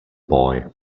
boy